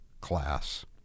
class